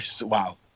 wow